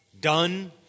done